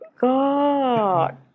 god